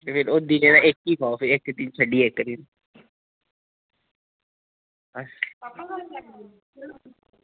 ओह् दिनें दा इक ई पाओ दिनें दा इक दिन छड्डियै इक दिन